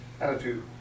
attitude